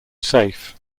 safe